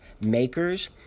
Makers